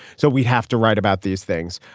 so we have to write about these things.